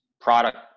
product